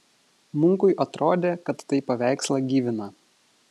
munkui atrodė kad tai paveikslą gyvina